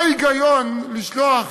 מה ההיגיון לשלוח